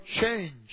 change